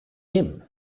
him